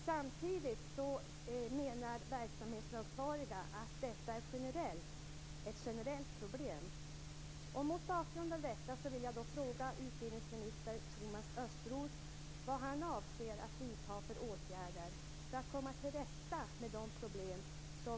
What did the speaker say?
Samtidigt menar verksamhetsansvariga att detta är ett generellt problem.